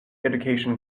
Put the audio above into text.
education